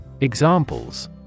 Examples